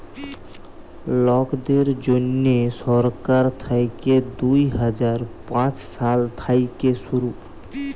লকদের জ্যনহে সরকার থ্যাইকে দু হাজার পাঁচ সাল থ্যাইকে শুরু